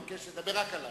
בעיקר מסייע למשק.